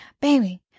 baby